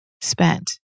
spent